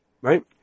Right